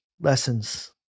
lessons